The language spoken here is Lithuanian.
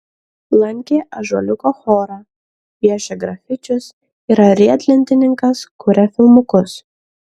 lankė ąžuoliuko chorą piešia grafičius yra riedlentininkas kuria filmukus